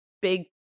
big